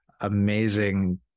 amazing